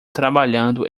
trabalhando